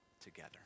together